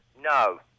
No